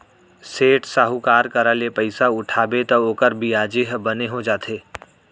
सेठ, साहूकार करा ले पइसा उठाबे तौ ओकर बियाजे ह बने हो जाथे